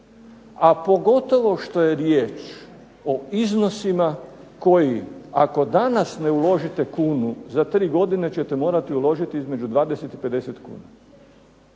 a pogotovo što je riječ o iznosima koji ako danas ne uložite kunu, za tri godine ćete morati uložiti između 20 i 50 kuna.